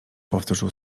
powtórzył